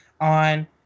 on